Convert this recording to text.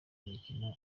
imikino